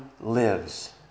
lives